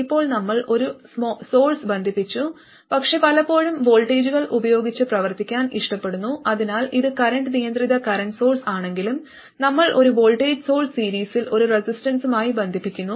ഇപ്പോൾ നമ്മൾ ഒരു സോഴ്സ് ബന്ധിപ്പിച്ചു പക്ഷേ പലപ്പോഴും വോൾട്ടേജുകൾ ഉപയോഗിച്ച് പ്രവർത്തിക്കാൻ ഇഷ്ടപ്പെടുന്നു അതിനാൽ ഇത് കറന്റ് നിയന്ത്രിത കറന്റ് സോഴ്സ് ആണെങ്കിലും നമ്മൾ ഒരു വോൾട്ടേജ് സോഴ്സ് സീരീസിൽ ഒരു റെസിസ്റ്റൻസുമായി ബന്ധിപ്പിക്കുന്നു